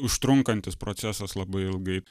užtrunkantis procesas labai ilgai